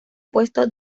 puesto